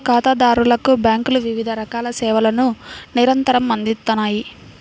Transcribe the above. ఖాతాదారులకు బ్యేంకులు వివిధ రకాల సేవలను నిరంతరం అందిత్తన్నాయి